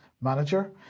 manager